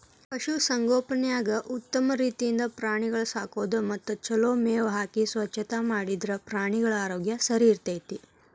ಪಶು ಸಂಗೋಪನ್ಯಾಗ ಉತ್ತಮ ರೇತಿಯಿಂದ ಪ್ರಾಣಿಗಳ ಸಾಕೋದು ಮತ್ತ ಚೊಲೋ ಮೇವ್ ಹಾಕಿ ಸ್ವಚ್ಛತಾ ಮಾಡಿದ್ರ ಪ್ರಾಣಿಗಳ ಆರೋಗ್ಯ ಸರಿಇರ್ತೇತಿ